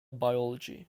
biology